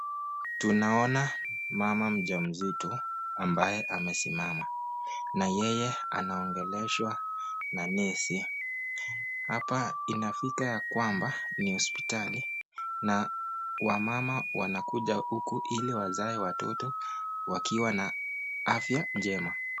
Tunaona mama mja mzito ambaye amesimama, na yeye anaongeleshwa na nesi hapa inafika ya kwamba ni hospitali na wamama wanakuja huku ili wazae watoto wakiwa na afya njema.